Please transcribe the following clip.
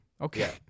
Okay